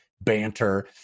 banter